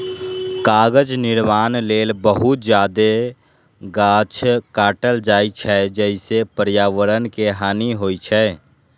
कागज निर्माण लेल बहुत जादे गाछ काटल जाइ छै, जइसे पर्यावरण के हानि होइ छै